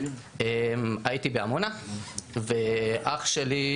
הייתי בעמונה ואח שלי,